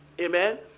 amen